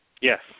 Yes